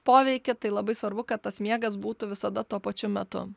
poveikį tai labai svarbu kad tas miegas būtų visada tuo pačiu metu